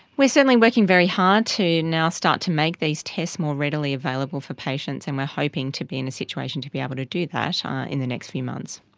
we're certainly working very hard to now start to make these tests more readily available for patients and we're hoping to be in a situation to be able to do that in the next few months.